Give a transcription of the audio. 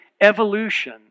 evolution